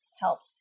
helps